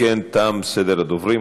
אם כן, תם סדר הדוברים.